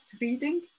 reading